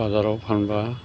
बाजाराव फानबा